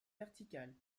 verticales